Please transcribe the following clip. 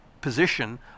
position